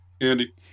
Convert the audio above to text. Andy